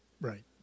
Right